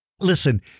Listen